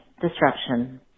disruption